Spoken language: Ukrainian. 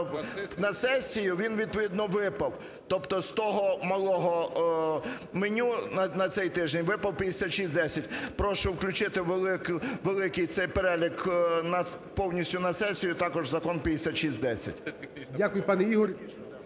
на сесію він відповідно випав. Тобто з того малого меню на цей тиждень випав 5610. Прошу включити великий перелік повністю на сесію і також закон 5610. ГОЛОВУЮЧИЙ. Дякую, пане Ігор.